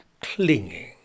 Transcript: clinging